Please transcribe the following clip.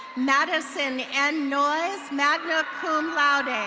madison n noiez, magna cum laude.